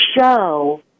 show